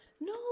No